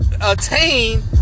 attain